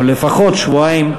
או לפחות שבועיים,